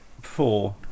four